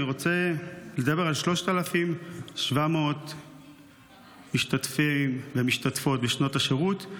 אני רוצה לדבר על 3,700 משתתפים ומשתתפות בשנות השירות,